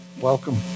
Welcome